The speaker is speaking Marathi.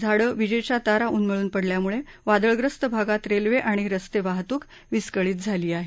झाडं विजेच्या तारा उन्मळून पडल्यामुळे वादळग्रस्त भागात रेल्वे आणि रस्ते वाहतूक विस्कळीत झाली आहे